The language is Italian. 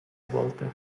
volte